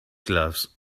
gloves